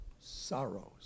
Sorrows